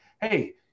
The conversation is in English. Hey